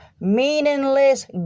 meaningless